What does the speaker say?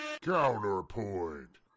Counterpoint